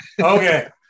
okay